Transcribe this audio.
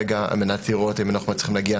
על מנת לראות אם אנחנו מצליחים להגיע